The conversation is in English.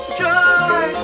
joy